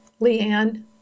Leanne